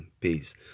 Peace